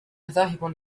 ذاهب